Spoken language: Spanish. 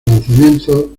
lanzamiento